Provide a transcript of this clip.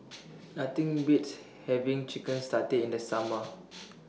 Nothing Beats having Chicken Satay in The Summer